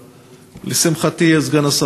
חבר הכנסת אלי בן-דהן,